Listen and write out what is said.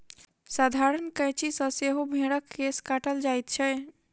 साधारण कैंची सॅ सेहो भेंड़क केश काटल जाइत छै